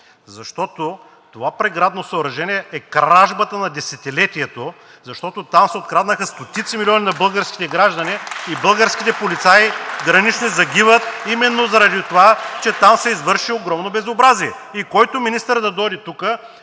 Защото това преградно съоръжение е кражбата на десетилетието, защото там се откраднаха стотици милиони на българските граждани и българските гранични полицаи загиват именно заради това, че там се извърши огромно безобразие (ръкопляскания от